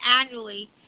annually